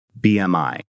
BMI